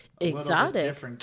exotic